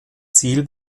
ziel